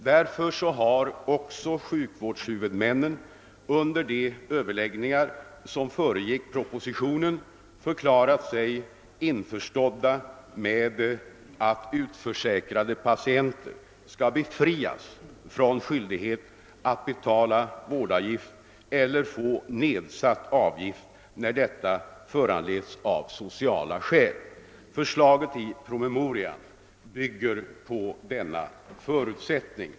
Därför har också sjukvårdshuvudmännen under de överläggningar som föregick propositionen förklarat sig vara införstådda med att utförsäkrade patienter skall befrias från skyldighet att betala vårdavgifter eller få nedsatt avgift när detta föranleds av sociala skäl. Förslaget i promemorian bygger på denna förutsättning.